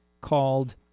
called